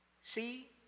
see